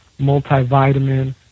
multivitamin